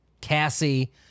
Cassie